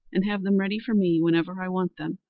and have them ready for me whenever i want them.